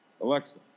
Alexa